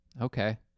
Okay